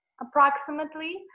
approximately